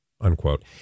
Unquote